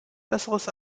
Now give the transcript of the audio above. besseres